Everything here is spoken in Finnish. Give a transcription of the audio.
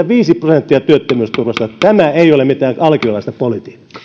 viisi prosenttia työttömyysturvasta tämä ei ole mitään alkiolaista politiikkaa